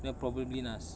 that will probably be naz